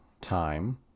time